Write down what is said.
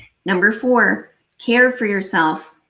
number four care for yourself.